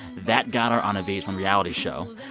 that got her on a v h one reality show.